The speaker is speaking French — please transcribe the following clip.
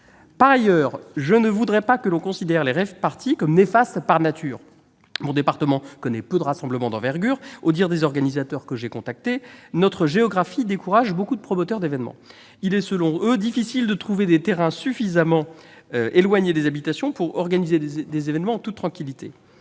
Par ailleurs, je ne voudrais pas que l'on considère les rave-parties comme néfastes par nature. Mon département connaît peu de rassemblements d'envergure. Aux dires des organisateurs que j'ai contactés, notre géographie décourage beaucoup de promoteurs d'événements : il est selon eux difficile de trouver des terrains suffisamment éloignés des habitations pour organiser des événements en toute tranquillité.